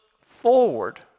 forward